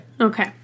okay